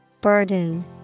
Burden